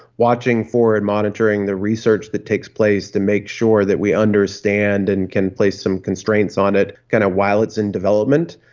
watching for and monitoring the research that takes place to make sure that we understand and can place some constraints on it kind of while it's in development.